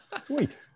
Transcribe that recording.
Sweet